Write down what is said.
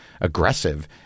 aggressive